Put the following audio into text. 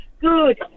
Good